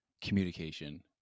communication